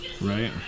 Right